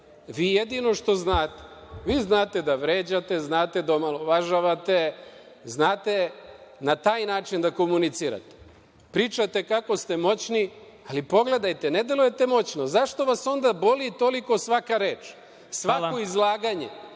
jedino što znate da vređate, znate da omalovažavate, znate na taj način da komunicirate. Pričate kako ste moćni, ali pogledajte, ne delujete moćno, zašto vas onda boli toliko svaka reč, svako izlaganje,